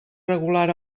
regular